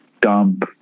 dump